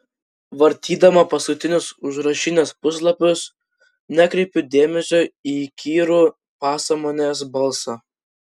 vartydama paskutinius užrašinės puslapius nekreipiu dėmesio į įkyrų pasąmonės balsą